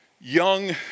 young